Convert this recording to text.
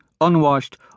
unwashed